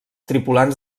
tripulants